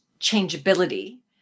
changeability